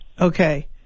Okay